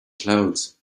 clouds